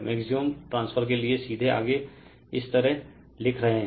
maximum transfer के लिए सीधे आगे हम इस तरह लिख रहे हैं